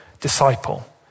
disciple